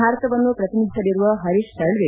ಭಾರತವನ್ನು ಪ್ರತಿನಿಧಿಸಲಿರುವ ಹರೀಶ್ ಸಾಳ್ವೆ